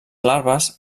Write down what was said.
larves